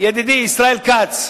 ידידי ישראל כץ,